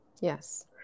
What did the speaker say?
yes